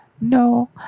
No